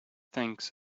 thinks